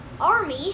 army